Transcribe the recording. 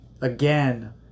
again